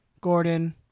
Gordon